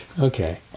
Okay